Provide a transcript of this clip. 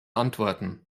antworten